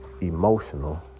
emotional